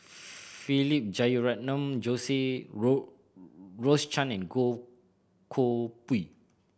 Philip Jeyaretnam Rose Rose Chan and Goh Koh Pui